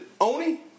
Oni